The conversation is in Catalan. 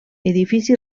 edifici